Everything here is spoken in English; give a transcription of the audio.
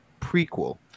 prequel